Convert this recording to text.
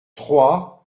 trois